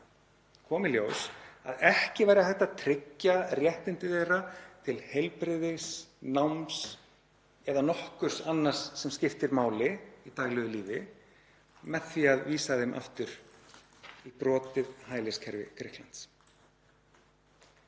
kom í ljós að ekki væri hægt að tryggja réttindi þeirra til heilbrigðis, náms eða nokkurs annars sem skiptir máli í daglegu lífi með því að vísa þeim aftur í brotið hæliskerfi Grikklands.